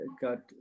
got